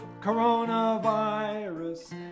coronavirus